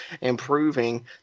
improving